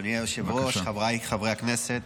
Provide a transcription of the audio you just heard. אדוני היושב-ראש, חבריי חברי הכנסת,